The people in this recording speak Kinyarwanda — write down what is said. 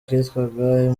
kitwaga